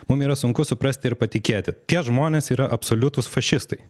mum yra sunku suprasti ir patikėti tie žmonės yra absoliutūs fašistai